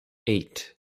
eight